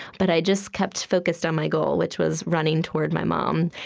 but i just kept focused on my goal, which was running toward my mom.